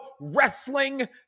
wrestling